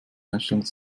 einstellung